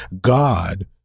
God